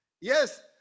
Yes